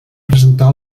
presentar